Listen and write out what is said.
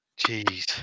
Jeez